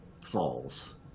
falls